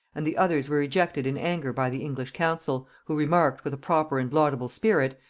and the others were rejected in anger by the english council, who remarked, with a proper and laudable spirit,